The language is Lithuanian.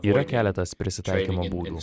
yra keletas prisitaikymo būdų